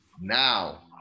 Now